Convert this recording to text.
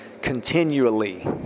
continually